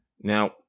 Now